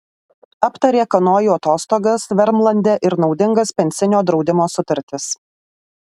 aptarė kanojų atostogas vermlande ir naudingas pensinio draudimo sutartis